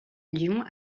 lyon